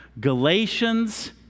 Galatians